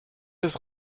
des